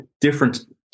different